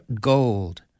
gold